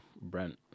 Brent